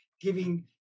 giving